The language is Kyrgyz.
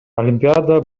олимпиада